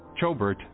Chobert